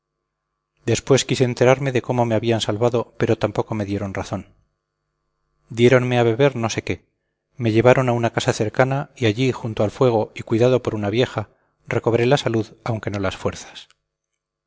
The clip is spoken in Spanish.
después quise enterarme de cómo me habían salvado pero tampoco me dieron razón diéronme a beber no sé qué me llevaron a una casa cercana y allí junto al fuego y cuidado por una vieja recobré la salud aunque no las fuerzas